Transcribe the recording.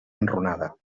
enrunada